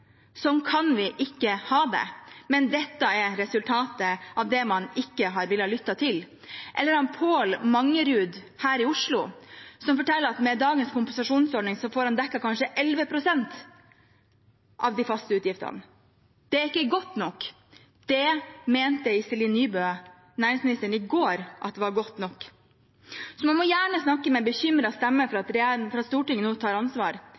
Sånn kan vi ikke ha det. Men dette er resultatet av det man ikke har villet lytte til. Paal Mangerud her i Oslo forteller at med dagens kompensasjonsordning får han dekket kanskje 11 pst. av de faste utgiftene. Det er ikke godt nok. Det mente Iselin Nybø, næringsministeren, i går var godt nok. Så man må gjerne snakke med bekymret stemme om at Stortinget nå tar ansvar,